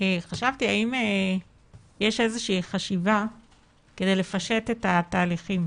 חשבתי האם יש איזו שהיא חשיבה כדי לפשט את התהליכים